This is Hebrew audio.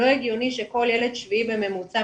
לא הגיוני שכל ילד שביעי בממוצע,